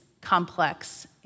complex